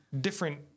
different